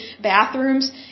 bathrooms